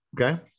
okay